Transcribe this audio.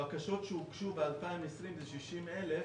הבקשות שהוגשו ב-2020 זה 60 אלף,